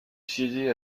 siéger